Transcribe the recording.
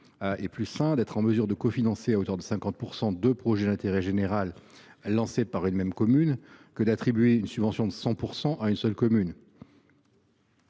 plus sain, de pouvoir cofinancer à hauteur de 50 % deux projets d’intérêt général lancés par une même commune que d’attribuer une subvention à une seule commune